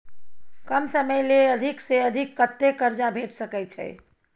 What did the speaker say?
कम समय ले अधिक से अधिक कत्ते कर्जा भेट सकै छै?